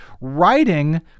writing